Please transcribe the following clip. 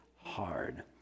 hard